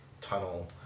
tunnel